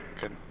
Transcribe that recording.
good